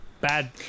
Bad